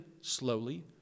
slowly